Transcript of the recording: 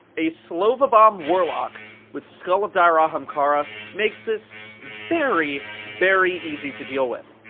a slowva bomb warlock with skull of dire ah ahamkara makes this very very easy to deal with.